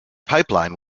pipeline